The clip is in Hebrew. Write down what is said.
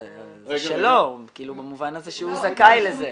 זה שלו במובן הזה שהוא זכאי לזה.